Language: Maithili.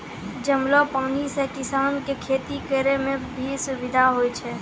जमलो पानी से किसान के खेती करै मे भी सुबिधा होय छै